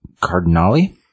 Cardinale